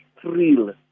thrill